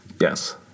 Yes